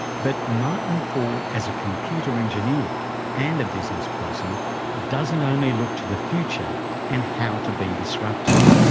but martin ford as a computer engineer and a businessperson doesn't only look to the future and how to be disruptive.